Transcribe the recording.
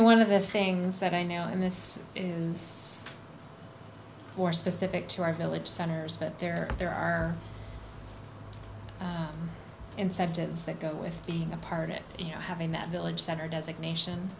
one of the things that i know and this is more specific to our village centers that there there are incentives that go with being a part of it you know having that village center designation